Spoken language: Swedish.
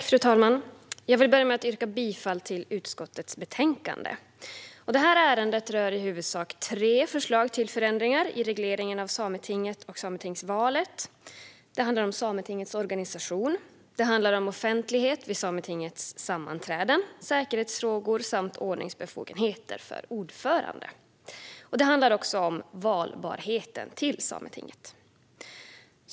Fru talman! Jag vill börja med att yrka bifall till utskottets förslag. Detta ärende rör i huvudsak tre förslag till förändringar i regleringen av Sametinget och sametingsvalet. Det handlar om Sametingets organisation. Det handlar om offentlighet vid Sametingets sammanträden, säkerhetsfrågor samt ordningsbefogenheter för ordföranden. Och det handlar också om valbarheten till Sametinget.